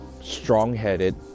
strong-headed